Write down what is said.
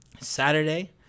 Saturday